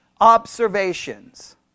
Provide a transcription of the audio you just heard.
observations